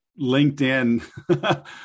LinkedIn